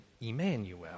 Emmanuel